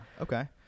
Okay